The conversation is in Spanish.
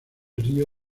río